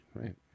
right